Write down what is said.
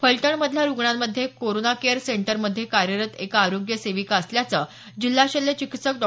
फलटण मधल्या रूग्णांमध्ये corona care सेंटरमध्ये कार्यरत एक आरोग्य सेविका असल्याचं जिल्हा शल्य चिकित्सक डॉ